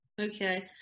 Okay